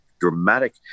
dramatic